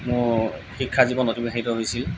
মোৰ শিক্ষা জীৱন অতিবাহিত হৈছিল